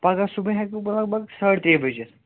پَگاہ صُبحٲے ہیٚکہٕ بہٕ لَگ بگ ساڑِ ترٛےٚ بَجہ یِتھ